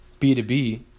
B2B